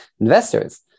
investors